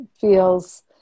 feels